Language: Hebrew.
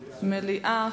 מליאה.